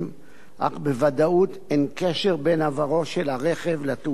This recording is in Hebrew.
אך בוודאות אין קשר בין עברו של הרכב לתאונה עצמה.